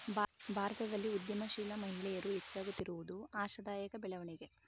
ಭಾರತದಲ್ಲಿ ಉದ್ಯಮಶೀಲ ಮಹಿಳೆಯರು ಹೆಚ್ಚಾಗುತ್ತಿರುವುದು ಆಶಾದಾಯಕ ಬೆಳವಣಿಗೆ